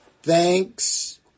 Thanks